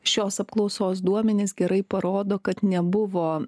šios apklausos duomenys gerai parodo kad nebuvo